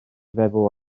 feddwl